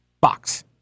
box